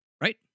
right